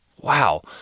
Wow